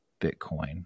Bitcoin